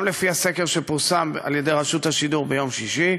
גם לפי הסקר שפורסם על-ידי רשות השידור ביום שישי,